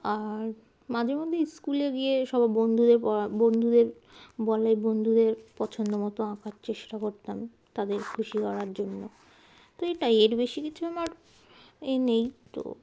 আর মাঝে মধ্যে স্কুলে গিয়ে সব বন্ধুদের পড় বন্ধুদের বল বন্ধুদের পছন্দ মতো আঁকার চেষ্টা করতাম তাদের খুশি করার জন্য তো এটাই এর বেশি কিছু আমার এ নেই তো